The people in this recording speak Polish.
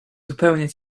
zupełnie